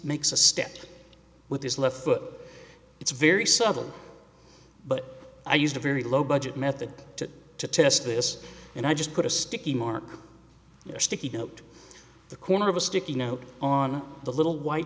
makes a step with his left foot it's a very subtle but i used a very low budget method to test this and i just put a sticky mark or sticky note the corner of a sticky note on the little white